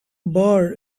bar